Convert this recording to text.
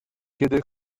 kiedy